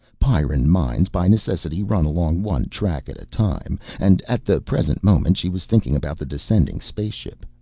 pyrran minds, by necessity, run along one track at a time, and at the present moment she was thinking about the descending spaceship.